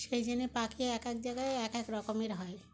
সেই পাখি এক এক জায়গায় এক এক রকমের হয়